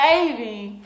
Saving